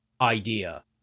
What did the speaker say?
idea